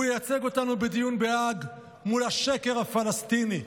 והוא ייצג אותנו בדיון בהאג מול השקר הפלסטיני.